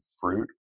fruit